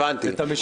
הבנתי.